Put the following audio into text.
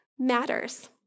matters